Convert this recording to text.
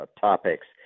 topics